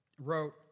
wrote